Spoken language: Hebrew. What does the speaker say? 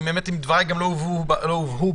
ואם דבריי לא הובנו בהתחלה,